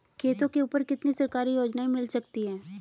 खेतों के ऊपर कितनी सरकारी योजनाएं मिल सकती हैं?